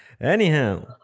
Anyhow